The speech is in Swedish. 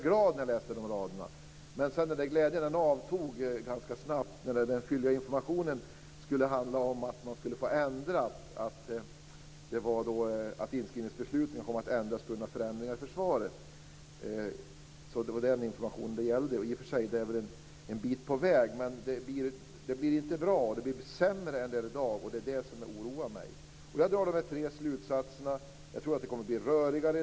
Glädjen avtog snabbt, när det visade sig att den fylliga informationen kommer att förändras på grund av förändringar i försvaret. Nu är man en bit på väg, men det kommer att bli sämre än vad det är i dag. Det är det som oroar mig. Jag drar tre slutsatser. Jag tror att det kommer att bli rörigare.